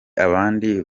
abandi